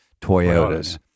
Toyotas